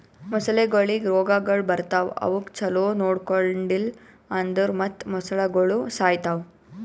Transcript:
ಮೊಸಳೆಗೊಳಿಗ್ ರೋಗಗೊಳ್ ಬರ್ತಾವ್ ಅವುಕ್ ಛಲೋ ನೊಡ್ಕೊಂಡಿಲ್ ಅಂದುರ್ ಮತ್ತ್ ಮೊಸಳೆಗೋಳು ಸಾಯಿತಾವ್